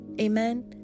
Amen